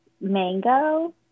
mango